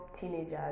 teenagers